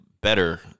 better